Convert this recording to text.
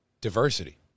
diversity